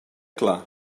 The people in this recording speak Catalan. clar